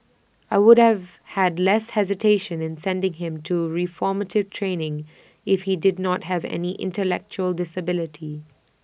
I would have had less hesitation in sending him to reformative training if he did not have any intellectual disability